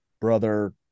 Brother